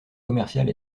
commerciales